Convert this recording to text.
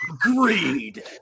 greed